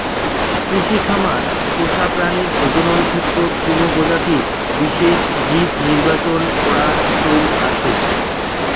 কৃষি খামার পোষা প্রাণীর প্রজনন ক্ষেত্রত কুনো প্রজাতির বিশেষ জীব নির্বাচন করার চৈল আছে